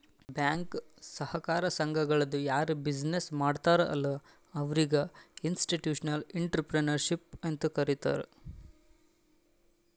bank, ಸಹಕಾರ ಸಂಘಗಳದು ಯಾರ್ ಬಿಸಿನ್ನೆಸ್ ಮಾಡ್ತಾರ ಅಲ್ಲಾ ಅವ್ರಿಗ ಇನ್ಸ್ಟಿಟ್ಯೂಷನಲ್ ಇಂಟ್ರಪ್ರಿನರ್ಶಿಪ್ ಅಂತೆ ಕರಿತಾರ್